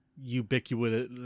ubiquitous